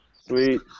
Sweet